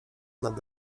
nad